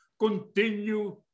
Continue